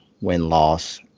win-loss